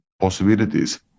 possibilities